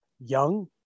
young